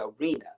arena